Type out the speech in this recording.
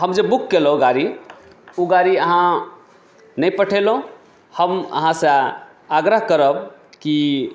हम जे बुक कयलहुँ गाड़ी ओ गाड़ी अहाँ नहि पठेलहुँ हम अहाँसँ आग्रह करब कि